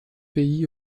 pays